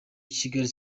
kigali